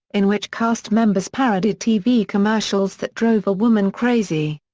in which cast members parodied tv commercials that drove a woman crazy.